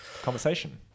conversation